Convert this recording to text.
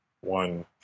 one